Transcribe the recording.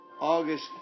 August